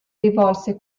rivolse